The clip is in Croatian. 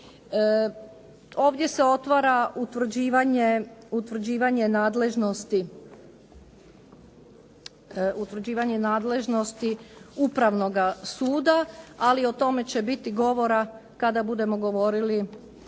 Ovdje se otvara utvrđivanje nadležnosti upravnoga suda, ali o tome će biti govora kada budemo govorili